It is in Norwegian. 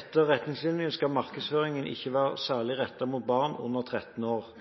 Etter retningslinjene skal markedsføring ikke være særlig rettet mot barn under 13 år.